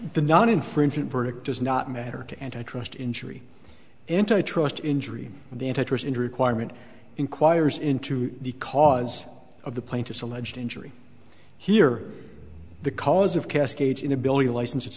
the not infringement verdict does not matter to antitrust injury antitrust injury the interest in requirement inquires into the cause of the plaintiff's alleged injury here the cause of cascade inability to license it